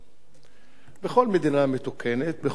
בכל מדינה מתוקנת, בכל מקום נורמלי,